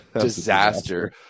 Disaster